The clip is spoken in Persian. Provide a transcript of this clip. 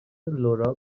لورا